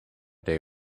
day